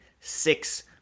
six